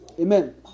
Amen